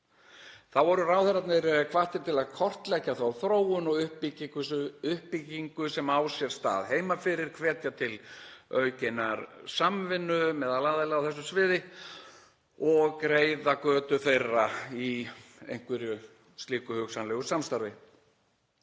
Þá voru ráðherrarnir hvattir til að kortleggja þá þróun og uppbyggingu sem á sér stað heima fyrir, hvetja til aukinnar samvinnu meðal aðila á þessu sviði og greiða götu þeirra í einhverju slíku hugsanlegu samstarfi.